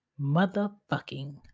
motherfucking